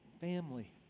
family